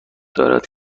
دارد